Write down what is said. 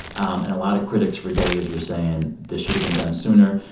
and a lot of critics for days were saying this should have been done sooner.